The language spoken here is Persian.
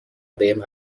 بهم